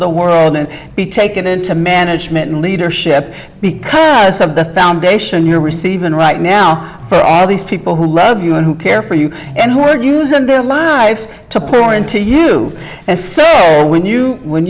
the world and be taken into management and leadership because of the foundation you're receiving right now for all these people who love you and who care for you and who are using their lives to pour into you to say when you when